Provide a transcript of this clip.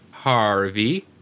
Harvey